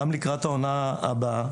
גם לקראת העונה הבאה,